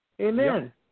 amen